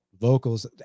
vocals